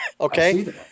okay